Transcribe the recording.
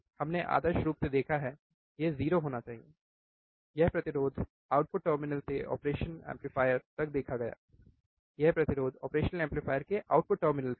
हमने आदर्श रूप से देखा है यह 0 होना चाहिए यह प्रतिरोध आउटपुट टर्मिनल से ऑपरेशन एम्पलीफायर तक देखा गया यह प्रतिरोध ऑपरेशनल एम्पलीफायर के आउटपुट टर्मिनल से है